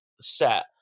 set